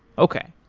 okay.